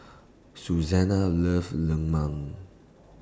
Susanna loves Lemang